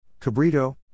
cabrito